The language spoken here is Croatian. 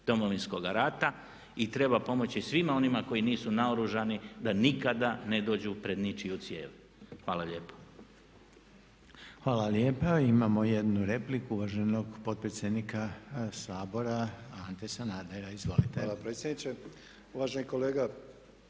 Domovinskoga rata i treba pomoći svima onima koji nisu naoružani da nikada ne dođu pred ničiju cijev. Hvala lijepo. **Reiner, Željko (HDZ)** Hvala lijepa. Imamo jednu repliku uvaženog potpredsjednika Sabora Ante Sanadera. Izvolite. **Sanader, Ante (HDZ)** Hvala predsjedniče. Uvaženi kolega,